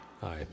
Hi